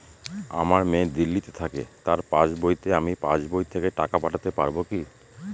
আমার মেয়ে দিল্লীতে থাকে তার পাসবইতে আমি পাসবই থেকে টাকা পাঠাতে পারব কি?